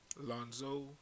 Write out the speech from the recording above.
Lonzo